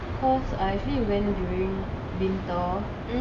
cause I actually went during winter